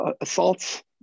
assaults